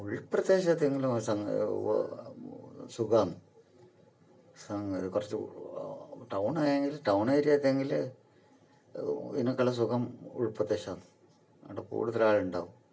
ഉൾപ്രദേശത്തെങ്കിലും സുഖമാണ് സംഗതി കുറച്ച് ടൗണായെങ്കിൽ ടൗൺ ഏരിയ ഏതെങ്കിൽ ഇതിനേക്കാളും സുഖം ഉൾപ്രദേശമാന്ന് അവിടെ കൂടുതലാളുണ്ടാകും